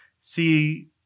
See